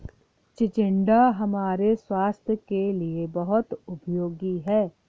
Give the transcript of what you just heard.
चिचिण्डा हमारे स्वास्थ के लिए बहुत उपयोगी होता है